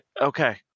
okay